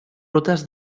rutes